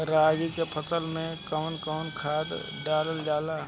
रागी के फसल मे कउन कउन खाद डालल जाला?